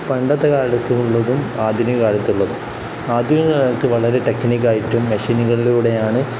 പണ്ടത്തെ കാലത്തുള്ളതും ആധുനിക കാലത്തുള്ളതും ആധുനിക കാലത്ത് വളരെ ടെക്നിക്കായിട്ടും മെഷീനുകളിലൂടെയാണ്